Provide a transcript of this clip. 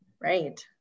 right